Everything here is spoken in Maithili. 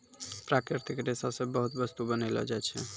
प्राकृतिक रेशा से बहुते बस्तु बनैलो जाय छै